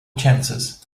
chances